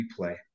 replay